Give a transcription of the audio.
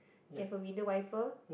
you have a window wiper